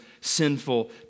sinful